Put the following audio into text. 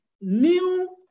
new